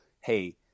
hey